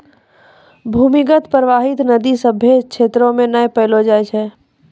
भूमीगत परबाहित नदी सभ्भे क्षेत्रो म नै पैलो जाय छै